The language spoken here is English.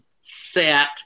set